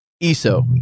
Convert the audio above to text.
ESO